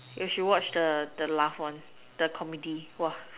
you should watch the the laugh one the comedy !wah!